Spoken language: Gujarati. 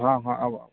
હા હા આવો આવો